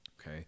Okay